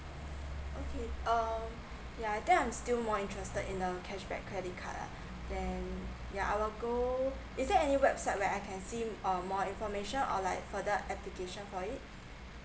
okay um yeah then I'm still more interested in uh cashback credit card lah than um yeah I'll go is there any website where I can see um more information or like for the uh application for it